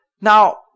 Now